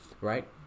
right